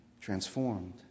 transformed